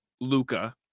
Luca